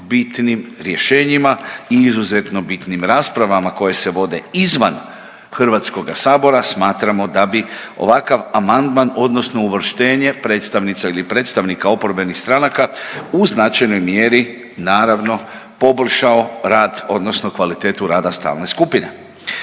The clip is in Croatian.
bitnim rješenjima i izuzetno bitnim raspravama koje se vode izvan HS-a, smatramo da bi ovakav amandman odnosno uvrštenje predstavnica ili predstavnika oporbenih stranaka u značajnoj mjeri naravno poboljšao rad odnosno kvalitetu rada stalne skupine.